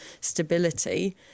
stability